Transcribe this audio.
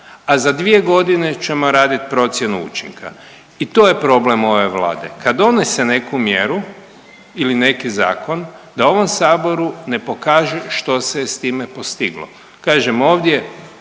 a za 2 godine ćemo raditi procjenu učinka. I to je problem ove Vlade. Kad donese neku mjeru ili neki zakon da ovom saboru ne pokaže što se je s time postiglo. Kažem ovdje